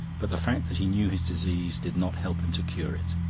but the fact that he knew his disease did not help him to cure it.